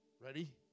Ready